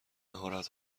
مهارت